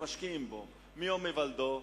משקיעים בו מיום היוולדו,